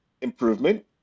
improvement